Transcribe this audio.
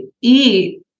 eat